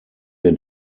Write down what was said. wir